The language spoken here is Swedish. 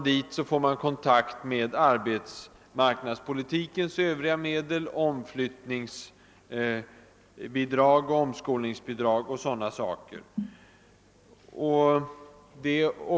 Där får han kontakt med arbetsmarknadspolitikens övriga medel, omflyttningsbidrag, omskolningsbidrag och sådana saker.